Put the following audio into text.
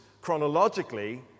chronologically